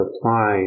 apply